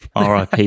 RIP